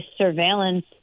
surveillance